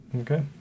Okay